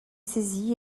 saisie